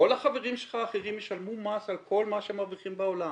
כל החברים שלך האחרים ישלמו מס על כל מה שהם מרוויחים בעולם,